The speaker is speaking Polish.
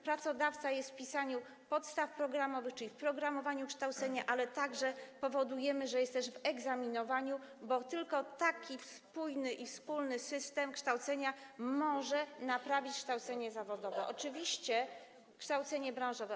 Pracodawca jest przy pisaniu podstaw programowych, czyli programowaniu kształcenia, ale powodujemy, że jest też przy egzaminowaniu, bo tylko taki spójny i wspólny system kształcenia może naprawić kształcenie zawodowe, kształcenie branżowe.